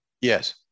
Yes